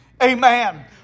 Amen